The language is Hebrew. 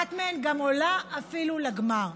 ואחת מהן עולה אפילו לגמר.